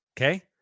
Okay